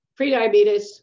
prediabetes